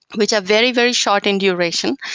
which are very, very short in duration.